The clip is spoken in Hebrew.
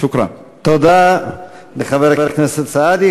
תודה.) תודה לחבר הכנסת סעדי.